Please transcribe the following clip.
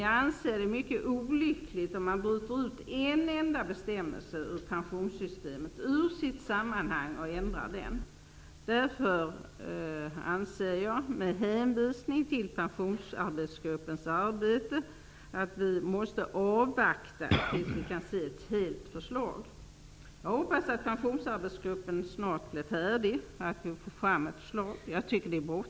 Jag anser det dock vara mycket olyckligt om man bryter ut en enda bestämmelse från pensionssystemet, från sitt sammanhang, och ändrar den. Därför anser jag, med hänvisning till Pensionsarbetsgruppens arbete, att vi måste avvakta tills det finns ett helt förslag. Jag hoppas att Pensionsarbetsgruppen snart är färdig med sitt förslag, för jag tycker att det är bråttom.